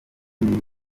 biri